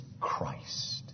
Christ